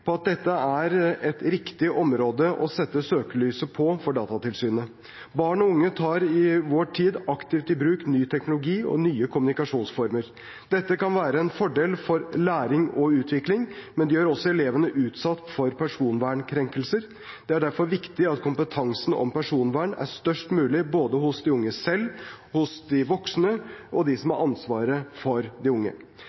på at dette er et riktig område å sette søkelyset på for Datatilsynet. Barn og unge tar i vår tid aktivt i bruk ny teknologi og nye kommunikasjonsformer. Dette kan være en fordel for læring og utvikling, men det gjør også elevene utsatt for personvernkrenkelser. Det er derfor viktig at kompetansen om personvern er størst mulig, både hos de unge selv, hos de voksne og hos dem som